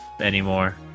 anymore